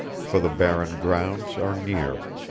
for the barren grounds are near.